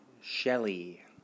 Shelley